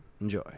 Enjoy